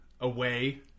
away